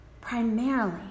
primarily